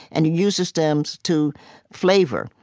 and you use the stems to flavor,